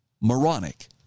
moronic